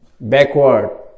backward